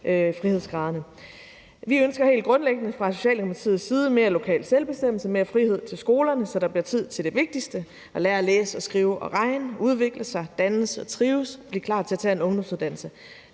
frihedsgraderne. Vi ønsker fra Socialdemokratiets side helt grundlæggende mere lokal selvbestemmelse og mere frihed til skolerne, så der bliver tid til det vigtigste, nemlig at lære at læse, skrive, regne, udvikle sig, dannes og trives og blive klar til at tage en ungdomsuddannelse.